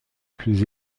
plus